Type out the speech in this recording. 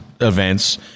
events